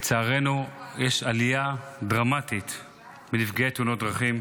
לצערנו, יש עלייה דרמטית בנפגעי תאונות דרכים.